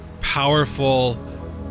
powerful